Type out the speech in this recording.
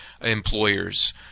employers